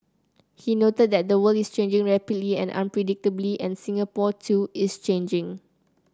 he noted that the world is changing rapidly and unpredictably and Singapore too is changing